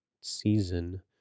season